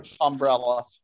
umbrella